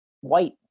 white